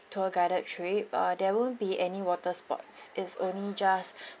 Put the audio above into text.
tour guided trip err there won't be any water sports it's only just